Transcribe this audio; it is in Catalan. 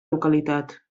localitat